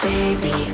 Baby